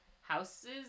houses